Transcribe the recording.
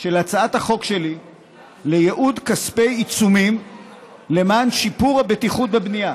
של הצעת החוק שלי לייעוד כספי עיצומים לשיפור הבטיחות בבנייה,